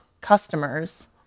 customers